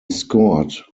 scored